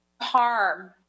harm